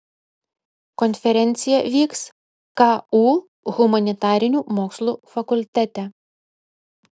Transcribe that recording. konferencija vyks ku humanitarinių mokslų fakultete